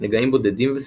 נגעים בודדים וספורים,